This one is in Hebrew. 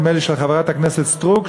נדמה לי של חברת הכנסת סטרוק,